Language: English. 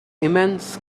immense